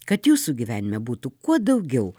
kad jūsų gyvenime būtų kuo daugiau